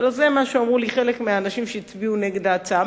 הלוא זה מה שאמרו לי חלק מהאנשים שהצביעו נגד ההצעה.